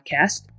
podcast